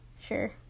Sure